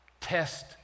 Test